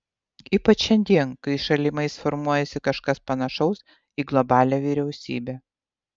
ypač šiandien kai šalimais formuojasi kažkas panašaus į globalią vyriausybę